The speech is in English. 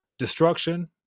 destruction